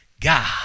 God